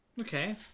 okay